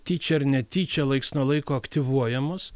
tyčia ar netyčia laiks nuo laiko aktyvuojamos